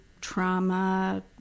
trauma